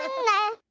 hello,